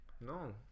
no